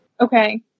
Okay